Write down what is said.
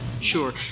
Sure